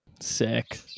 Sick